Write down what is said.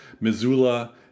Missoula